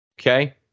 Okay